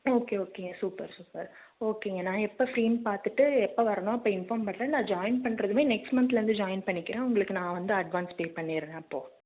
okay okay super super ஓகேங்க நான் எப்போ ஃப்ரீன்னு பார்த்துட்டு எப்போ வரேன்னோ அப்போ இன்ஃபார்ம் பண்ணுறேன் நான் ஜாயின் பண்ணுறதுமே நெக்ஸ்ட் மந்த்துலேருந்து ஜாயின் பண்ணிக்கிறேன் உங்களுக்கு நான் வந்து அட்வான்ஸ் பே பண்ணிடுறேன் அப்போ